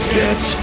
get